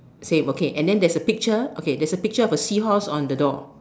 same okay and then there's a picture there's a picture of a seahorse on the door